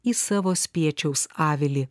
į savo spiečiaus avilį